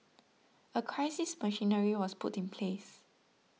a crisis machinery was put in place